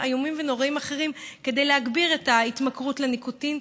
איומים ונוראים אחרים כדי להגביר את ההתמכרות לניקוטין.